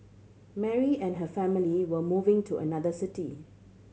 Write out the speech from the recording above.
Mary and her family were moving to another city